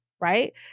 right